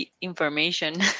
information